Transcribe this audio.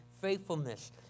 faithfulness